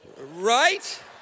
Right